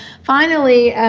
finally,